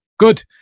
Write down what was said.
good